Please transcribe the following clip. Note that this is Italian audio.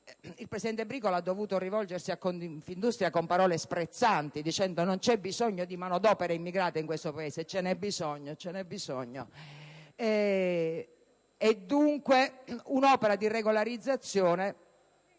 Il presidente Bricolo ha dovuto rivolgersi a Confindustria con parole sprezzanti, dicendo che non c'è bisogno di manodopera immigrata in questo Paese. Invece ce n'è bisogno! E un'opera di regolarizzazione